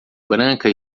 branca